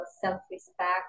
self-respect